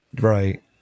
right